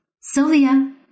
Sylvia